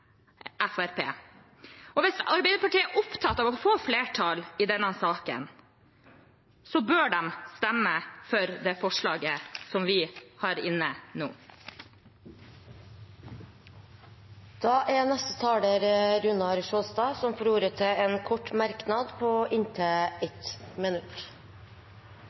er opptatt av å få flertall i denne saken, bør de stemme for det forslaget som vi har inne nå. Representanten Runar Sjåstad har hatt ordet to ganger tidligere og får ordet til en kort merknad, begrenset til 1 minutt.